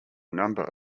number